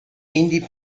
indie